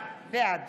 בעד